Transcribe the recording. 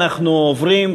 אנחנו עוברים,